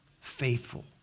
faithful